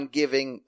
giving